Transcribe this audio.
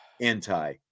anti